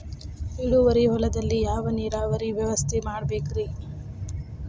ಇಳುವಾರಿ ಹೊಲದಲ್ಲಿ ಯಾವ ನೇರಾವರಿ ವ್ಯವಸ್ಥೆ ಮಾಡಬೇಕ್ ರೇ?